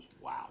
wow